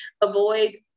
avoid